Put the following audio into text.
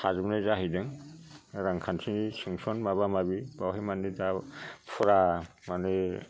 थाजोबनाय जाहैदों रांखान्थिनि सेंसन माबा माबि बावहाय मानि दा फुरा मानि